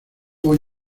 voy